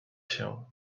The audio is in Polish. się